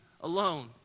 alone